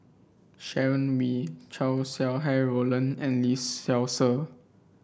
Sharon Wee Chow Sau Hai Roland and Lee Seow Ser